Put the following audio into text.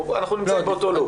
אנחנו נמצאים באותו לופ.